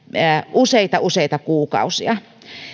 useita useita kuukausia